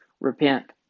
Repent